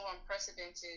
unprecedented